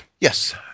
Yes